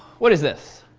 what is this?